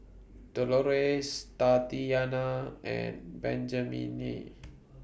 Delores Tatianna and Benjamine